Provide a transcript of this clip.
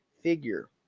figure